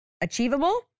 achievable